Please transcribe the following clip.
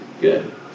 Good